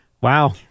Wow